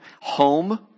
home